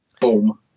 Boom